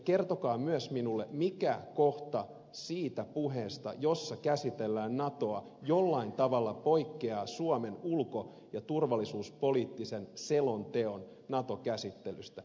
kertokaa myös minulle mikä kohta siitä puheesta jossa käsitellään natoa jollain tavalla poikkeaa suomen ulko ja turvallisuuspoliittisen selonteon nato käsittelystä